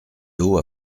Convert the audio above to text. d’eau